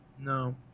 no